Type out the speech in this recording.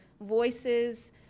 voices